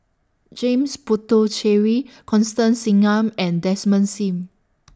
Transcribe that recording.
James Puthucheary Constance Singam and Desmond SIM